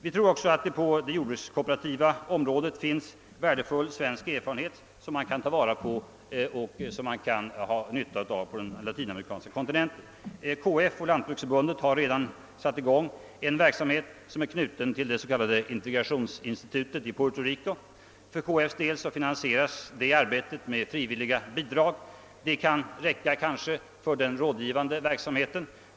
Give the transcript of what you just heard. Vi tror också att det på det jordbrukskooperativa området finns värdefull svensk erfarenhet att ta vara på, som kan vara till nytta på den latinamerikanska kontinenten. KF och Lantbruksförbundet har redan satt i gång en verksamhet som är knuten till det s.k. Integrationsinstitutet i Puerto Rico. För KF:s del finansieras detta arbete med frivilliga bidrag, som kanske kan räcka för den rådgivande verksamheten.